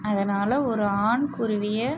அதனால் ஒரு ஆண்குருவியை